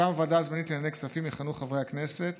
מטעם הוועדה הזמנית לענייני כספים יכהנו חברי הכנסת